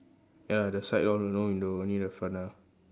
ya the side one no window only the front ah